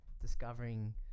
discovering